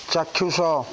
ଚାକ୍ଷୁଷ